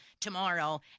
tomorrow